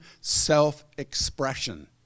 self-expression